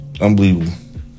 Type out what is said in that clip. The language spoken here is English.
Unbelievable